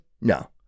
No